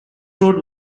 road